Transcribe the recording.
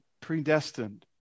predestined